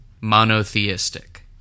monotheistic